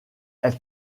elle